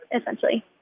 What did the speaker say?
essentially